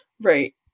Right